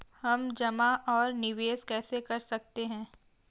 हम जमा और निवेश कैसे कर सकते हैं?